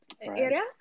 area